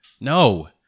no